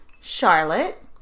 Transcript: Charlotte